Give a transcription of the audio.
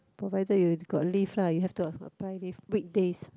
provided you got leave lah you have to apply leave weekdays